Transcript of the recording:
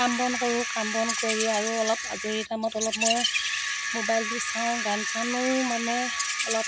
কাম বন কৰোঁ কাম বন কৰি আৰু অলপ আজৰি টাইমত অলপ মই মোবাইলটো চাওঁ গান চানো মানে অলপ